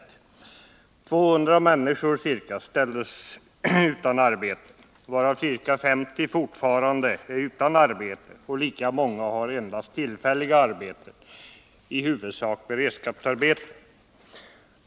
Ca 200 människor ställdes utan arbete. Av dem är ca 50 fortfarande utan arbete, och lika många har endast tillfälliga arbeten, i huvudsak beredskapsarbeten.